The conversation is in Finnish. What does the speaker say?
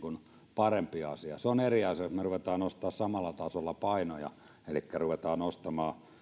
parempi asia se on eri asia jos me rupeamme nostamaan samalla tasolla painoja elikkä ruvetaan nostamaan niin